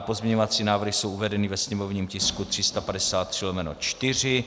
Pozměňovací návrhy jsou uvedeny ve sněmovním tisku 353/4.